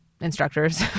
instructors